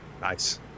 Nice